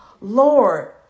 Lord